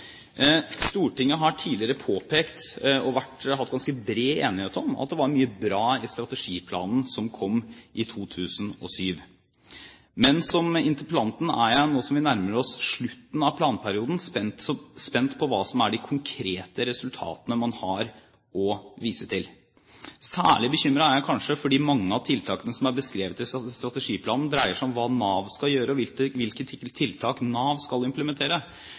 Stortinget har tidligere påpekt, og det har vært ganske bred enighet om, at det var mye bra i strategiplanen som kom i 2007. Men som interpellanten er jeg, nå som vi nærmer oss slutten av planperioden, spent på hva som er de konkrete resultatene man har å vise til. Særlig bekymret er jeg kanskje fordi mange av tiltakene som er beskrevet i strategiplanen, dreier seg om hva Nav skal gjøre, og hvilke typer tiltak Nav skal implementere.